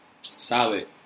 Solid